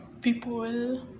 People